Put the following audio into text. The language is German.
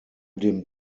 dem